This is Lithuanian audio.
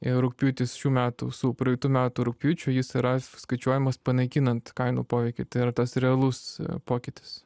ir rugpjūtis šių metų su praeitų metų rugpjūčiu jis yra skaičiuojamas panaikinant kainų poveikį tai yra tas realus pokytis